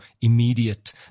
immediate